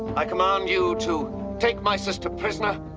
i command you to take my sister prisoner.